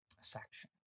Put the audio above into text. section